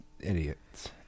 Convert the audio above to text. idiots